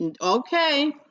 Okay